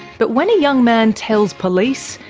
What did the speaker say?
but when a young man tells police,